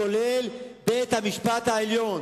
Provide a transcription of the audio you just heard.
כולל בית-המשפט העליון.